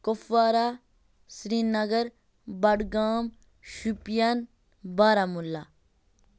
Kupwara Srinagar Budgam Shopian Baramulla